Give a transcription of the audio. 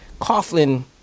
Coughlin